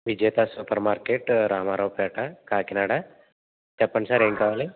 విజేత super market Ramaraopeta Kakinada చెప్పండి sir ఏమి కావాలి